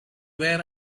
wear